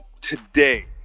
today